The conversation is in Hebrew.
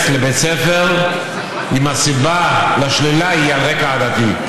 לבית ספר אם הסיבה לשלילה היא על רקע עדתי.